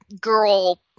girl